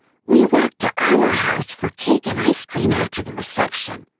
we walked to our house for cake and ice cream after the reception.